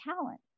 talent